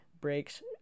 breaks